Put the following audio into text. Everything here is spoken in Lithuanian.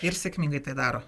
ir sėkmingai tai daro